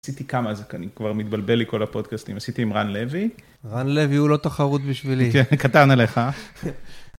עשיתי כמה זקנים, כבר מתבלבל לי כל הפודקאסטים, עשיתי עם רן לוי. רן לוי הוא לא תחרות בשבילי. כן, קטן עליך.